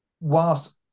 whilst